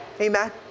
Amen